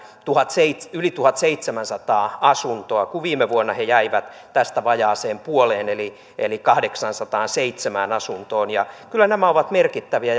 yli tuhatseitsemänsataa asuntoa kun viime vuonna he jäivät tästä vajaaseen puoleen eli eli kahdeksaansataanseitsemään asuntoon kyllä nämä ovat merkittäviä